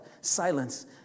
Silence